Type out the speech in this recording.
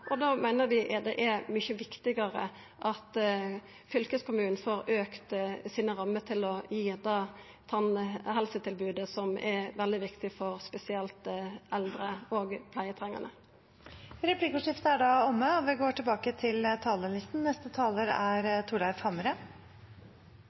rammer. Da meiner vi at det er mykje viktigare at fylkeskommunen får auka sine rammer, slik at ein kan gi det same helsetilbodet, noko som er veldig viktig spesielt for eldre og pleietrengande. Replikkordskiftet er omme. Debatten i dag blir dessverre ikke helt den vi